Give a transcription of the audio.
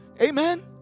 Amen